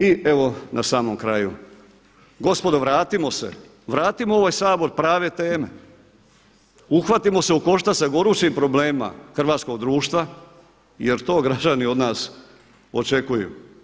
I evo na samom kraju, gospodo vratimo se, vratimo u ovaj Sabor prave teme, uhvatimo se u koštac sa gorućim problemima hrvatskog društva jer to građani od nas očekuju.